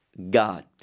god